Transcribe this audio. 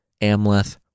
Amleth